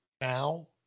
now